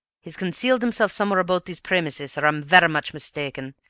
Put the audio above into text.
he's concealed himself somewhere about these premises, or i'm vera much mistaken.